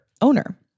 owner